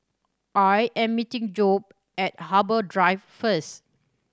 I am meeting Jobe at Harbour Drive first